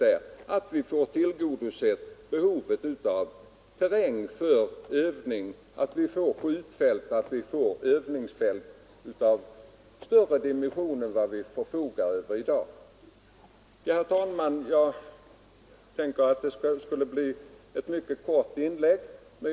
Behovet av terräng måste tillgodoses; vi måste få övningsfält och skjutfält av större dimensioner än dem vi förfogar över för närvarande. Herr talman!